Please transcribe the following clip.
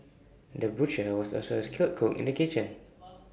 the butcher was also A skilled cook in the kitchen